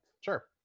sure